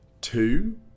two